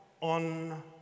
on